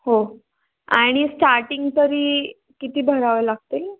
हो आणि स्टार्टिंग तरी किती भरावं लागतील